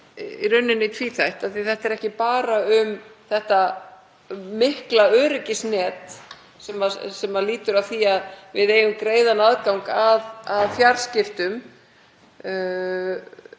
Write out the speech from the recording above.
í rauninni tvíþætt. Þetta frumvarp er ekki bara um þetta mikla öryggisnet sem lýtur að því að við eigum greiðan aðgang að fjarskiptum